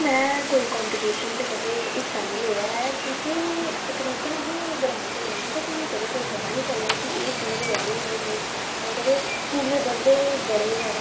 हां सानू इनफार्मेशन जां मतलब खबरां पता चलदियां ना जियां साढ़ी जिला साम्बा दे रिलेटिड उत्थुआं पता चलदियां ना सानू